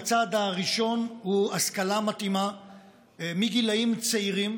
הצעד הראשון הוא השכלה מתאימה מגילים צעירים,